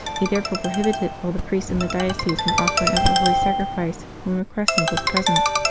he therefore prohibited all the priests in the diocese from offering up the holy sacrifice when requesens was present.